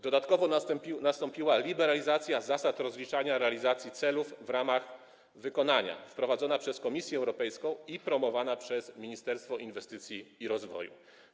Dodatkowo nastąpiła liberalizacja zasad rozliczania realizacji celów w ramach wykonania, która była wprowadzona przez Komisję Europejską i promowana przez Ministerstwo Inwestycji i Rozwoju.